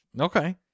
Okay